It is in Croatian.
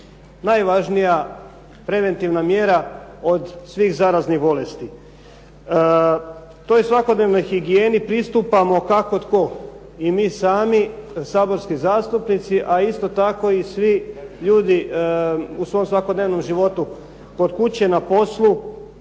najvažnija preventivna mjera od svih zaraznih bolesti. Toj svakodnevnoj higijeni pristupamo kako tko. I mi sami saborski zastupnici, a isto tako i svi ljudi u svom svakodnevnom životu kod kuće, na poslu,